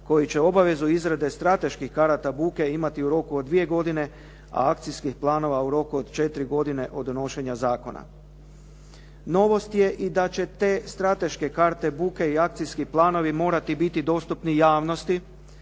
koji će obavezu izrade strateških karata buke imati u roku od dvije godine, a akcijskih planova u roku od četiri godine od donošenja zakona. Novost je da i da će te strateške karte buke i akcijskih planovi morati biti dostupni javnosti